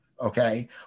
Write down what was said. okay